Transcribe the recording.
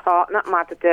o na matote